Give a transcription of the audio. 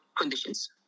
conditions